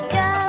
go